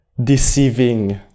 Deceiving